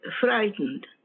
frightened